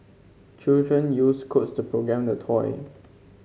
children used codes to program the toy